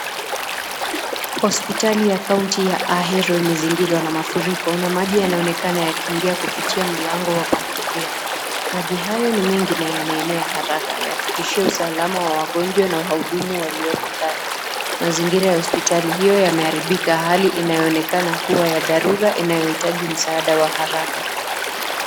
Hospitali ya kaunti ya Ahero imezingirwa na mafuriko na maji yanaonekana yakiingia kupitia mlango wa kuingilia. Maji hayo ni mingi na inaenea kwa haraka inatishia usalama wa wagonjwa na wahudumu waliopo ndani. Mazingira ya hospitali higo imeharibika na hali inayoonekana kuwa ya dharura na inahitaji msaada wa haraka.